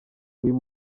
uyu